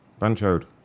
Banchoed